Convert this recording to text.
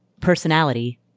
personality